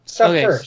Okay